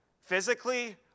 physically